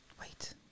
Wait